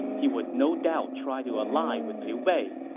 he would no doubt try to ally with liu bei.